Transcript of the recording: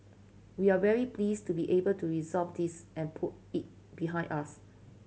we're very pleased to be able to resolve this and put it behind us